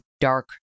dark